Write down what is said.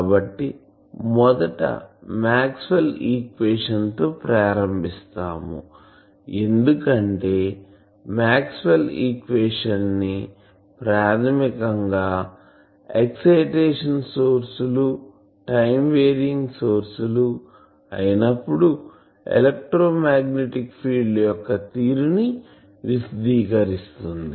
కాబట్టి మొదట Maxwell equation తో ప్రారంభిస్తాము ఎందుకంటే మాక్స్వెల్ ఈక్వేషన్ ప్రాథమికంగా ఎక్సైటేషన్ సోర్స్ లు టైం వేరియింగ్ సోర్స్ లు అయినప్పుడు ఎలెక్ట్రోమాగ్నెట్ ఫీల్డ్ యొక్క తీరుని విశదీకరిస్తుంది